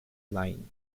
line